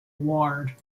ward